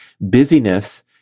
busyness